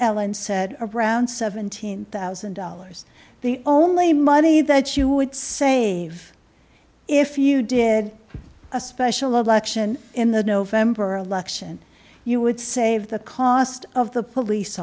ellen said around seventeen thousand dollars the only money that you would save if you did a special election in the november election you would save the cost of the police